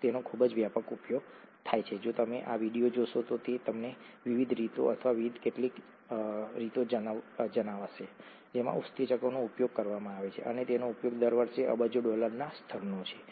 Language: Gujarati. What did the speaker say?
તેનો ખૂબ જ વ્યાપક ઉપયોગ થાય છે જો તમે આ વિડિઓ જોશો તો તે તમને વિવિધ રીતો અથવા કેટલીક રીતો જણાવશે જેમાં ઉત્સેચકોનો ઉપયોગ કરવામાં આવે છે અને તેનો ઉપયોગ દર વર્ષે અબજો ડોલરના સ્તરનો છે